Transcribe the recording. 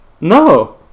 No